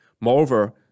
Moreover